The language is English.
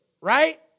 right